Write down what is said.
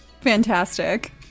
Fantastic